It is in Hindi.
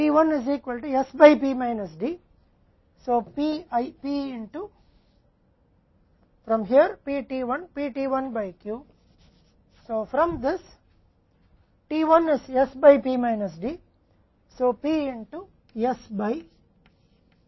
इसलिए अब हमें जरूरत है कि हम उन्हें स्थानापन्न करें ताकि जब हम स्थानापन्न करें तो आपको T C मिलें Q C naught द्वारा D के बराबर जो यहां से आता है